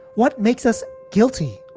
what makes us guilty,